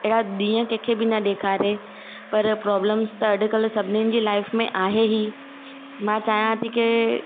अहिड़ा ॾींहं कंहिंखे बि न ॾेखारे पर प्रॉब्लम्स त अॼुकल्ह सभिनिन जी लाइफ में आहे ई मां चाहियां थी के